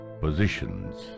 positions